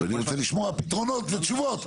אז אני רוצה לשמוע פתרונות ותשובות.